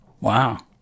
Wow